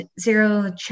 zero